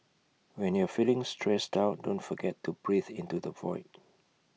when you are feeling stressed out don't forget to breathe into the void